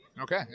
Okay